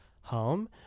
home